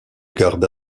garda